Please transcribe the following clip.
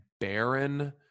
barren